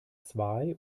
zwei